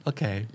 Okay